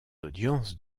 audiences